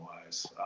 wise